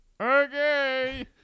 Okay